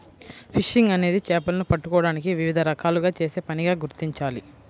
fishing అనేది చేపలను పట్టుకోవడానికి వివిధ రకాలుగా చేసే పనిగా గుర్తించాలి